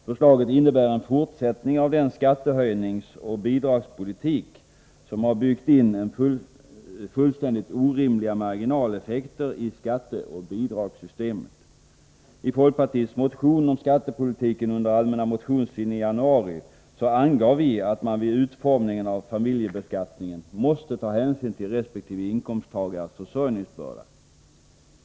Förslaget innebär en fortsättning av den skattehöjningsoch bidragspolitik som har byggt in fullständigt orimliga marginaleffekter i skatteoch bidragssystemet. I folkpartiets motion om skattepolitiken som väcktes under den allmänna motionstiden i januari angav vi att man vid utformningen av familjebeskattningen måste ta hänsyn till resp. inkomsttagares försörjningsbörda.